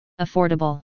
Affordable